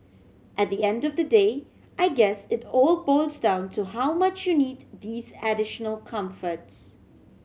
at the end of the day I guess it all boils down to how much you need these additional comforts